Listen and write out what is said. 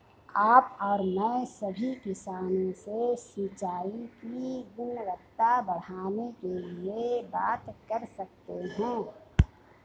आप और मैं सभी किसानों से सिंचाई की गुणवत्ता बढ़ाने के लिए बात कर सकते हैं